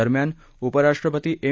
दरम्यान उपराष्ट्रपती एम